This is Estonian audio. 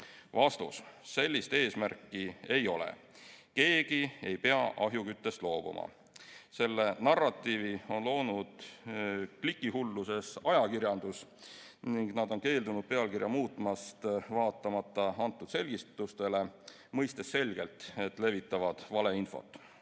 loobuma?" Sellist eesmärki ei ole. Keegi ei pea ahjuküttest loobuma. Selle narratiivi on loonud klikihulluses ajakirjandus ning nad on keeldunud pealkirja muutmast, vaatamata antud selgitustele ja mõistes selgelt, et levitavad valeinfot.